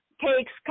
cakes